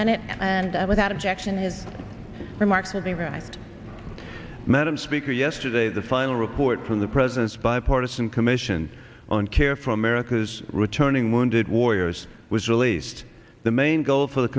minute and i without objection his remarks of the right madam speaker yesterday the final report from the president's bipartisan commission on care for america's returning wounded warriors was released the main goal for the